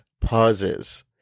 pauses